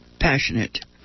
passionate